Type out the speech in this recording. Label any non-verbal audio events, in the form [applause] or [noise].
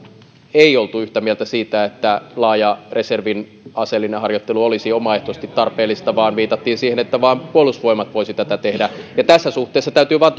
ei oltu yhtä mieltä siitä että laaja reservin aseellinen harjoittelu olisi omaehtoisesti tarpeellista vaan siinä viitattiin siihen että vain puolustusvoimat voisi tätä tehdä tässä suhteessa täytyy vain [unintelligible]